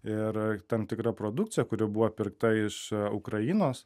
ir tam tikra produkcija kuri buvo pirkta iš ukrainos